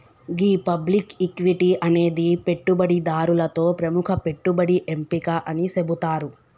గీ public equity అనేది పెట్టుబడిదారులతో ప్రముఖ పెట్టుబడి ఎంపిక అని సెబుతారు